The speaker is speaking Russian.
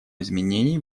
изменений